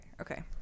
okay